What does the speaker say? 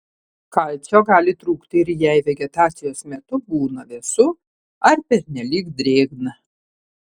kalcio gali trūkti ir jei vegetacijos metu būna vėsu ar pernelyg drėgna